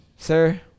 Sir